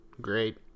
great